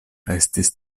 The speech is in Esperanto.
estis